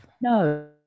No